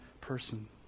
person